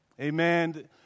Amen